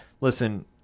Listen